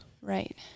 Right